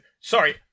sorry